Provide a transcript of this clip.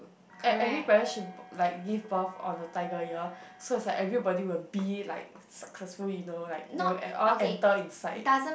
e~ every parents should like give birth on the tiger year so is like everybody will be like successful you know like they will all enter inside